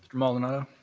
maldonado.